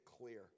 clear